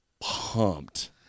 pumped